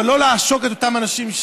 אבל לא לעשוק את אותם אנשים.